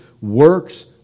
works